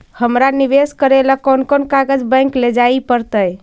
हमरा निवेश करे ल कोन कोन कागज बैक लेजाइ पड़तै?